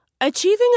Achieving